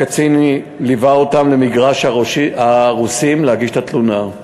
הקצין ליווה אותם למגרש-הרוסים להגיש את התלונה.